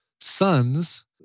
sons